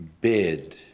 bid